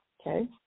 okay